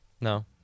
No